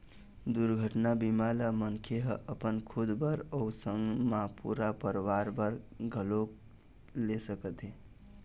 दुरघटना बीमा ल मनखे ह अपन खुद बर अउ संग मा पूरा परवार बर घलोक ले सकत हे